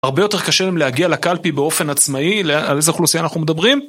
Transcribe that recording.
הרבה יותר קשה היום להגיע לקלפי באופן עצמאי, על איזה אוכלוסייה אנחנו מדברים?